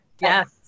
Yes